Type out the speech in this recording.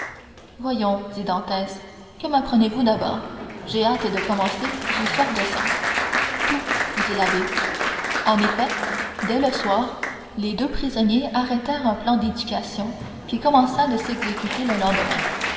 voyons dit dantès que mapprenez vous d'abord j'ai hâte de commencer j'ai soif de science tout dit l'abbé en effet dès le soir les deux prisonniers arrêtèrent un plan d'éducation qui commença de s'exécuter le lendemain